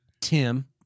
Tim